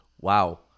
Wow